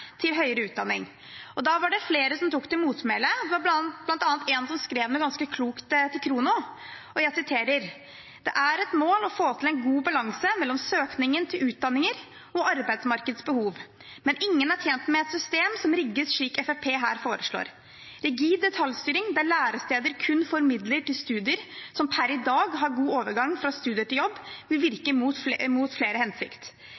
til høyere utdanning. Da var det flere som tok til motmæle. Det var bl.a. en som skrev noe ganske klokt til Khrono: «Det er et mål å få til en god balanse mellom søkningen til utdanninger og arbeidsmarkedets behov, men ingen er tjent med et system som rigges slik Fremskrittspartiet her foreslår. Rigid detaljstyring, der læresteder kun får midler til studier som per i dag har god overgang fra studier til jobb, vil